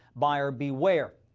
buyer beware.